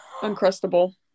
uncrustable